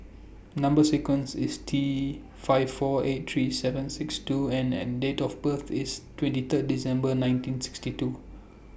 Number sequence IS T five four eight three seven six two N and Date of birth IS twenty Third December nineteen sixty two